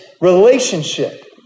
relationship